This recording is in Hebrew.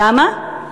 למה?